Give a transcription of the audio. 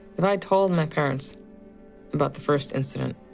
if i had told my parents about the first incident,